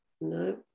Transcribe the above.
No